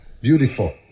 Beautiful